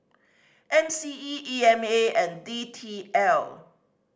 M C E E M A and D T L